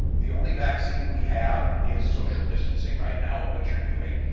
the only vaccine we have is social distancing right now of what you're doing.